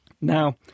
Now